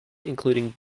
including